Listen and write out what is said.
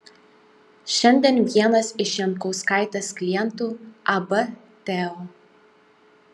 šiandien vienas iš jankauskaitės klientų ab teo